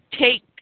take